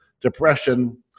depression